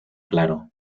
claro